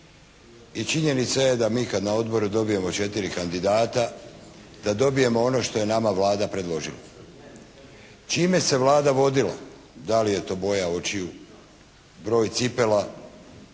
I činjenica je da mi kad na odboru dobijemo 4 kandidata da dobijemo ono što je nama Vlada predložila. Čime se Vlada vodila? Da li je to boja očiju, broj cipela?